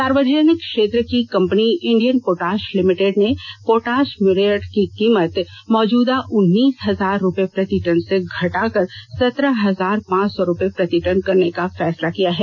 सार्वजनिक क्षेत्र की कंपनी इंडियन पोटाश लिमिटेड ने पोटाश म्यूरिएट की कीमत मौजुदा उन्नीस हजार रुपये प्रति टन से घटाकर सत्रह हजार पांच सौ रुपये प्रति टन करने का फैसला किया है